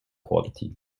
quality